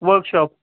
workshop